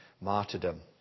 martyrdom